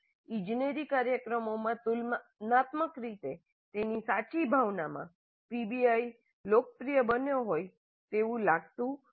ઇજનેરી કાર્યક્રમોમાં તુલનાત્મક રીતે તેની સાચી ભાવનામાં પીબીઆઈ લોકપ્રિય બન્યું હોય તેવું લાગતું નથી